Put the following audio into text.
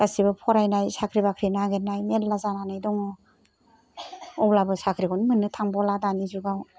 गासिबो फरायनाय साख्रि बाख्रि नागिरनाय मेरला जानानै दङ' अब्लाबो साख्रिखौनो मोननो थांबावलिया दानि जुगाव